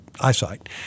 eyesight